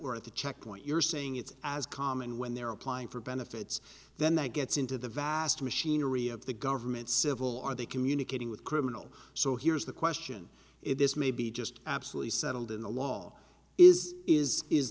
or at the checkpoint you're saying it's as common when they're applying for benefits then that gets into the vast machinery of the government civil are they communicating with criminal so here's the question this may be just absolutely settled in the law is is is